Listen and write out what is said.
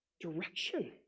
direction